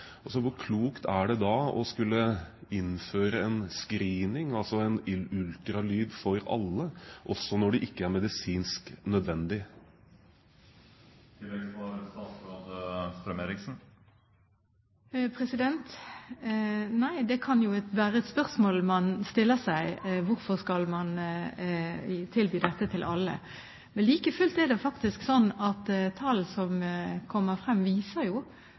hvor klokt er det da å skulle innføre en screening, altså en ultralyd, for alle også når det ikke er medisinsk nødvendig? Det kan jo være et spørsmål man stiller seg: Hvorfor skal man tilby dette til alle? Men like fullt er det faktisk sånn at tall som fremkommer, viser at over halvparten av alle dem som er gravide, selv sørger for at de kommer